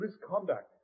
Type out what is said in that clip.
misconduct